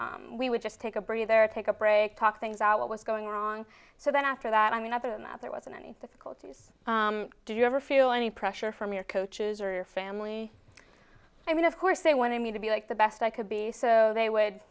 we would just take a breather take a break talk things out what was going wrong so then after that i mean other than that there wasn't any difficulties do you ever feel any pressure from your coaches or your family i mean of course they wanted me to be like the best i could be so they would